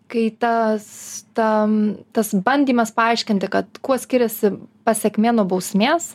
kai tas tam tas bandymas paaiškinti kad kuo skiriasi pasekmė nuo bausmės